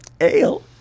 ale